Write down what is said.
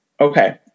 okay